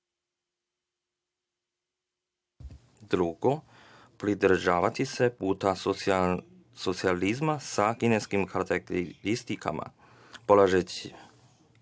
Kine. Drugo, pridržavati se puta socijalizma sa kineskim karakteristikama. Polazeći